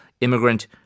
immigrant